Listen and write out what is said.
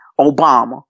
Obama